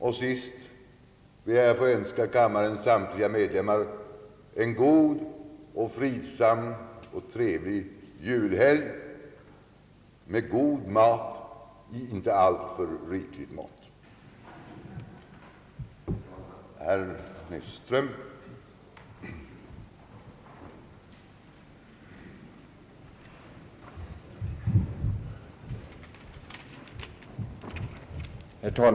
Till sist ber jag att få önska kammarens ledamöter en god och fridsam och trevlig julhelg med god mat i inte alltför rikligt mått. Detta tal besvarades av herr NÄS STRÖM i följande ordalag: Herr talman! Som kammarens ålderspresident ber jag att till Eder, herr talman, få framföra kammarens tack för det gångna arbetsåret. Vi kammarledamöter uppskattar det sätt på vilket Ni, herr talman, har lett våra förhandlingar även detta år. Edert lugna och gemytliga sätt att leda förhandlingarna värdesättes av oss alla. Vi ber också att få instämma i Edert tack till de ledamöter, som nu avgår, och vi tackar även vice talmännen och hela vårt kansli med sekreteraren i spetsen. På grund av Eder planering av arbetet har det arbetsfyllda schemat kunnat avverkas i beräknad tid.